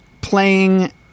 playing